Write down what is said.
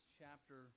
chapter